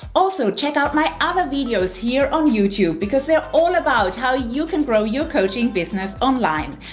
also, check out my other videos here on youtube because they're all about how you can grow your coaching business online.